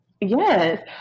yes